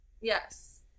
yes